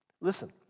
Listen